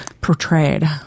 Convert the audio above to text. portrayed